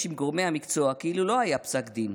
עם גורמי המקצוע כאילו לא היה פסק דין.